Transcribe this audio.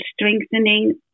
strengthening